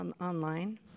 online